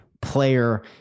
player